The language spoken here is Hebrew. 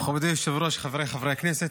מכובדי היושב-ראש, חבריי חברי הכנסת,